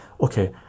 okay